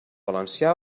valencià